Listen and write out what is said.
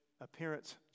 appearance